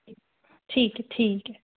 ठीक ऐ ठीक ऐ